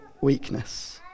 weakness